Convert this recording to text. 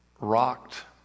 rocked